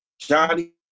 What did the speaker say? Johnny